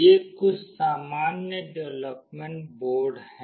ये कुछ सामान्य डेवलपमेंट बोर्ड हैं